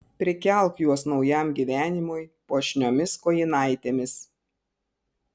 prikelk juos naujam gyvenimui puošniomis kojinaitėmis